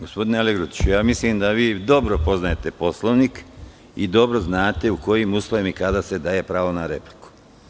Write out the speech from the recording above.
Gospodine Aligrudić, mislim da vi dobro poznajete Poslovnik i dobro znate u kojim uslovima i kada se daje pravo na repliku.